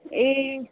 ए